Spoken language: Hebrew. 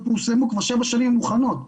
כבר שבע שנים הן מוכנות.